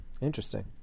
Interesting